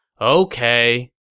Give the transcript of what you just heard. Okay